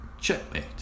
checkmate